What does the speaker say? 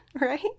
Right